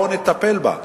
בואו נטפל בה.